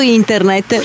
internet